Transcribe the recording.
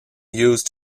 used